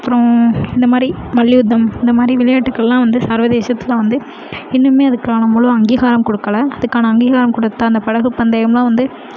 அப்புறம் இந்த மாதிரி மல்யுத்தம் இந்த மாதிரி விளையாட்டுக்களெலாம் வந்து சர்வதேசத்தில் வந்து இன்னுமே அதுக்கான முழு அங்கீகாரம் கொடுக்கல அதுக்கான அங்கீகாரம் கொடுத்தா அந்த படகுப் பந்தயமெலாம் வந்து